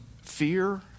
fear